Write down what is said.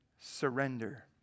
surrender